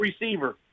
receiver